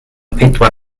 pedwar